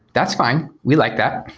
that's fine. we like that.